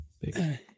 Big